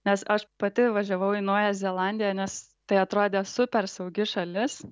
nes aš pati važiavau į naująją zelandiją nes tai atrodė super saugi šalis